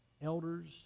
elders